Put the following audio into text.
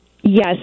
Yes